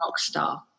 Rockstar